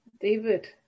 David